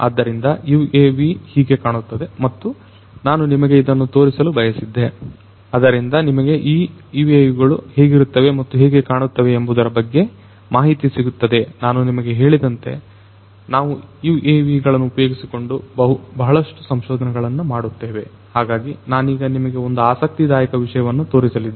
ಆದ್ದರಿಂದ UAVಹೀಗೆ ಕಾಣುತ್ತದೆ ಮತ್ತು ನಾನು ನಿಮಗೆ ಇದನ್ನು ತೋರಿಸಲು ಬಯಸಿದ್ದೆ ಅದರಿಂದ ನಿಮಗೆ ಈ UAVಗಳು ಹೇಗಿರುತ್ತವೆ ಮತ್ತು ಹೇಗೆ ಕಾಣುತ್ತವೆ ಎಂಬುದರ ಬಗ್ಗೆ ಮಾಹಿತಿ ಸಿಗುತ್ತದೆ ನಾನು ನಿಮಗೆ ಹೇಳಿದಂತೆ ನಾವು UAV ಗಳನ್ನು ಉಪಯೋಗಿಸಿಕೊಂಡು ಬಹಳಷ್ಟು ಸಂಶೋಧನೆಗಳನ್ನು ಮಾಡುತ್ತೇವೆ ಹಾಗಾಗಿ ನಾನೀಗ ನಿಮಗೆ ಒಂದು ಆಸಕ್ತಿದಾಯಕ ವಿಷಯವನ್ನು ತೋರಿಸಲಿದ್ದೇನೆ